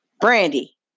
Brandy